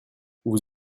vous